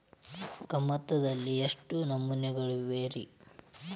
ಕಮತದಲ್ಲಿ ಎಷ್ಟು ನಮೂನೆಗಳಿವೆ ರಿ?